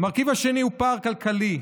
המרכיב השני הוא פער כלכלי.